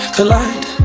Collide